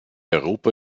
europa